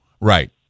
Right